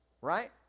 Right